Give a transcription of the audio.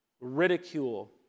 ridicule